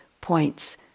points